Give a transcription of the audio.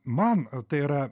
man tai yra